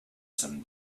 some